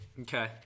Okay